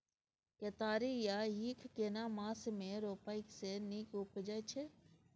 केतारी या ईख केना मास में रोपय से नीक उपजय छै?